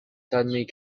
suddenly